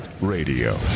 Radio